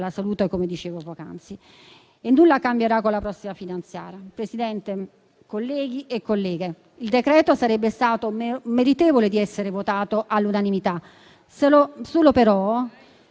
alla salute, come dicevo poc'anzi, e nulla cambierà con la prossima finanziaria. Presidente, colleghi e colleghe, il provvedimento sarebbe stato meritevole di essere votato all'unanimità se solo fosse